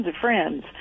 friends